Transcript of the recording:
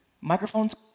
microphone's